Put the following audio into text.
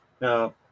Now